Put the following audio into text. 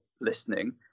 listening